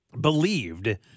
believed